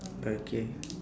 okay